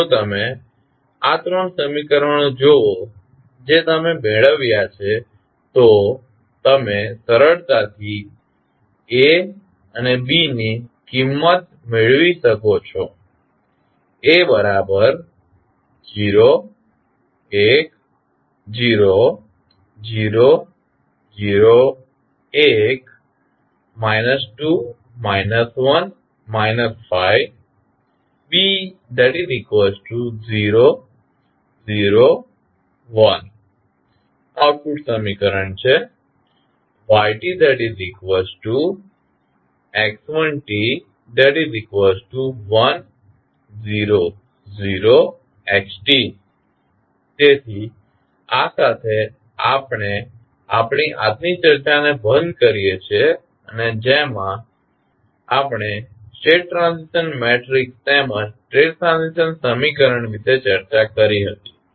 જો તમે આ ત્રણ સમીકરણો જોવો જે તમે મેળવ્યા છે તો તમે સરળતાથી A અને B ની કિંમત મેળવી શકો છો આઉટપુટ સમીકરણ છે તેથી આ સાથે આપણે આપણી આજની ચર્ચાને બંધ કરીએ છીએ જેમાં આપણે સ્ટેટ ટ્રાન્ઝિશન મેટ્રિક્સ તેમજ સ્ટેટ ટ્રાન્ઝિશન સમીકરણ વિશે ચર્ચા કરી હતી